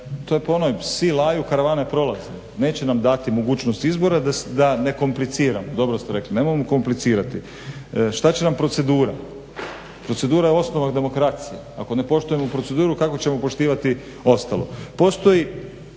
To je po onoj psi laju, karavane prolaze. Neće nam dati mogućnost izbora da ne kompliciramo, dobro ste rekli, nemojmo komplicirati. Što će nam procedura? Procedura je osnova demokracije. Ako ne poštujemo proceduru kako ćemo poštivati ostalo?